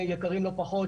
יקרים לא פחות,